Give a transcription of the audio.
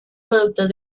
productos